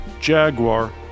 Jaguar